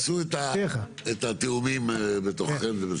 תעשו את התיאומים בתוככם.